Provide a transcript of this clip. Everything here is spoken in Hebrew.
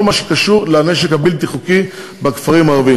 מה שקשור לנשק הבלתי-חוקי בכפרים הערביים.